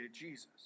Jesus